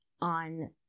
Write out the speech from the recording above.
on